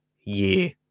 year